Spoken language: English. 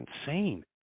insane